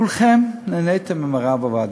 כולכם נהניתם עם הרב עובדיה,